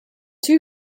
two